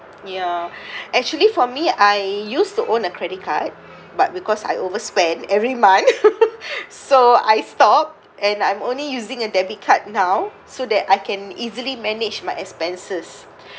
ya actually for me I used to own a credit card but because I overspend every month so I stop and I'm only using a debit card now so that I can easily manage my expenses